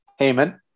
Heyman